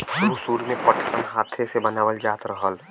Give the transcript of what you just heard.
सुरु सुरु में पटसन हाथे से बनावल जात रहल